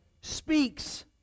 speaks